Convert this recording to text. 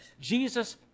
Jesus